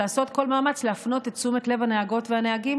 לעשות כל מאמץ להפנות את תשומת לב הנהגות והנהגים